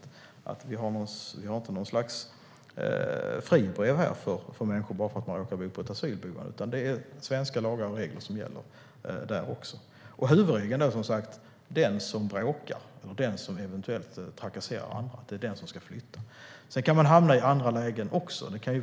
Det finns inte något slags fribrev för människor bara därför att de råkar bo på ett asylboende, utan det är svenska lagar och regler som gäller även där. Huvudregeln är som sagt att den som bråkar och trakasserar andra är den som ska flytta. Sedan kan man hamna i andra lägen.